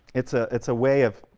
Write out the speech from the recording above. it's ah it's a way of